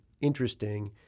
interesting